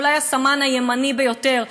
שהוא אולי הסמן הימני ביותר,